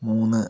മൂന്ന്